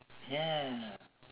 ya